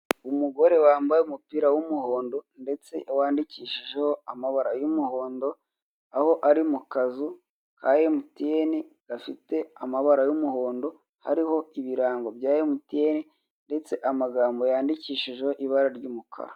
Umugore wambaye umupira w'umuhondo ndetse wandikishijeho amabara y'umuhondo aho ari mu kazu ka emutiyeni gafite amabara y'umuhondo hariho ibirango bya emutiyeni ndetse amagambo yandikishijwe ibara ry'umukara.